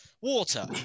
water